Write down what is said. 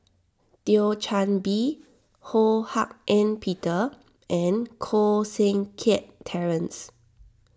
Thio Chan Bee Ho Hak Ean Peter and Koh Seng Kiat Terence